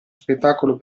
spettacolo